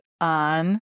on